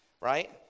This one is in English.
right